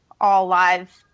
all-live